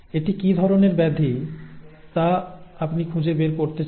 এটি কী ধরণের ব্যাধি তা আপনি খুঁজে বের করতে চান